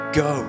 go